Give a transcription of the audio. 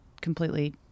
completely